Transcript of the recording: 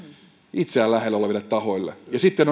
itseään lähellä oleville tahoille ja sitten